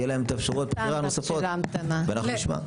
יהיו להם את אפשרויות הבחירה הנוספות ואנחנו נשמע.